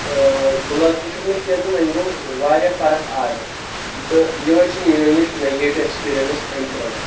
اۭں بُلر تہِ چھُکھ نہٕ کینٛہہ تہٕ وۄنۍ گوٚو واریاہ فرق آیکھ تہٕ یہے چھِ مےٚ نِش نگیٹِو ایٚکسپیرینس امہِ پروڈکٹُک